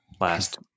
last